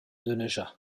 denaja